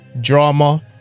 Drama